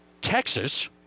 Texas